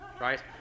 right